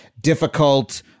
difficult